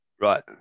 Right